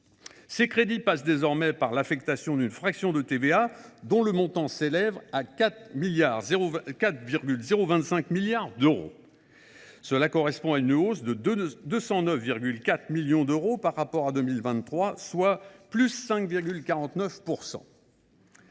Ces crédits passent désormais par l’affectation d’une fraction de TVA, dont le montant s’élève à 4 025 milliards d’euros, en hausse de 209,4 millions d’euros par rapport à 2023, soit 5,49 %.